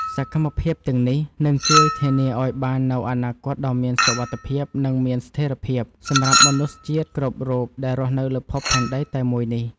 សកម្មភាពទាំងនេះនឹងជួយធានាឱ្យបាននូវអនាគតដ៏មានសុវត្ថិភាព និងមានស្ថិរភាព សម្រាប់មនុស្សជាតិគ្រប់រូបដែលរស់នៅលើភពផែនដីតែមួយនេះ។